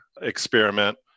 experiment